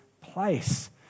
place